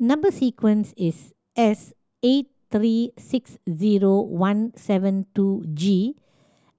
number sequence is S eight three six zero one seven two G